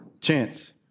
chance